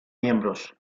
miembros